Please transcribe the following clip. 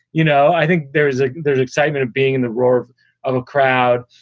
you know, i think there is a there's excitement of being in the roar of of a crowd.